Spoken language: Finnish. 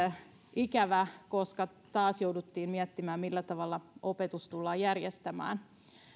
ikävä koska taas jouduttiin miettimään millä tavalla opetus tullaan järjestämään